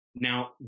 Now